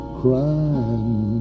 crying